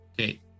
Okay